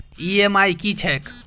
EMI की छैक?